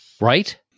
Right